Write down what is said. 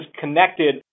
connected